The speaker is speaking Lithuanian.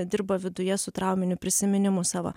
dirba viduje su trauminiu prisiminimu savo